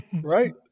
right